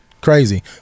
Crazy